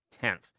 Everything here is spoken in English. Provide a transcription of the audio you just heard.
tenth